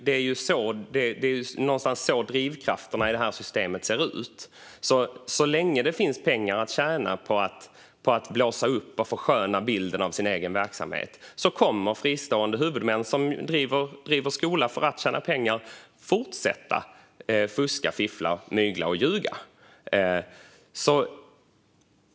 Det är så drivkrafterna i detta system ser ut. Så länge det finns pengar att tjäna på att blåsa upp och försköna bilden av sin egen verksamhet kommer fristående huvudmän som driver skolor för att tjäna pengar att fortsätta fuska, fiffla, mygla och ljuga.